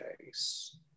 case